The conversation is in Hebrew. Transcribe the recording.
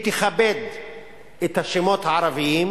שהיא תכבד את השמות הערביים,